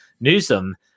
Newsom –